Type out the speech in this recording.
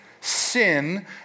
sin